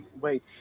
Wait